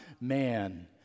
man